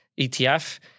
ETF